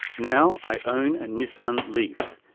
now i own a nissan leaf,